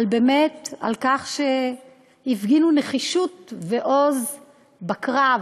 על כך שהפגינו נחישות ועוז בקרב.